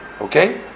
okay